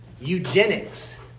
Eugenics